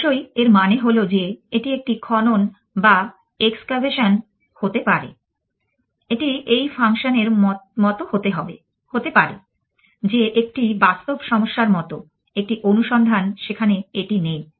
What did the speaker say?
অবশ্যই এর মানে হল যে এটি একটি খনন বা এক্সক্যাভেশন হতে পারে এটি এই ফাংশনের মত হতে পারে যে একটি বাস্তব সমস্যার মতো একটি অনুসন্ধান সেখানে এটি নেই